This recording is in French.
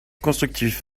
constructif